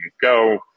go